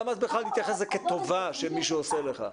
למה בכלל להתייחס לזה כטובה שמישהו עושה לך.